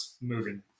moving